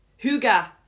Huga